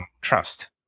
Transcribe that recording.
trust